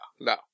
No